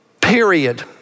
period